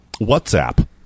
WhatsApp